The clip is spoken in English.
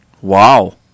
wow